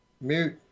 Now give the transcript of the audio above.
Mute